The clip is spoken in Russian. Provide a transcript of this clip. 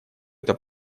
эта